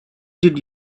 did